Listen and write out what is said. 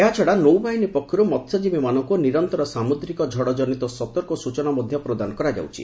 ଏହାଛଡ଼ା ନୌବାହିନୀ ପକ୍ଷରୁ ମସ୍ୟଜୀବୀମାନଙ୍କୁ ନିରନ୍ତର ସାମୁଦ୍ରିକ ଝଡ଼ ଜନିତ ସତର୍କ ସୂଚନା ମଧ୍ୟ ପ୍ରଦାନ କରାଯାଉଛି